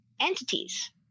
entities